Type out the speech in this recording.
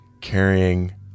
carrying